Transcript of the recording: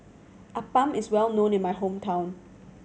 appam is well known in my hometown